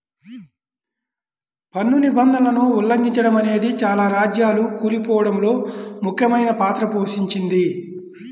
పన్ను నిబంధనలను ఉల్లంఘిచడమనేదే చాలా రాజ్యాలు కూలిపోడంలో ముఖ్యమైన పాత్ర పోషించింది